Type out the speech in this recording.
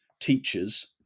teachers